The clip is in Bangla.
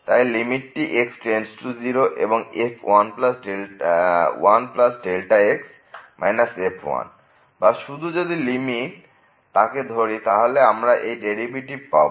তাই লিমিটটি x0 এবং f 1 x f বা শুধু যদি লিমিট তাকে ধরি তাহলে আমরা এর ডেরিভেটিভ পাবো